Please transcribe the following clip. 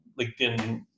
LinkedIn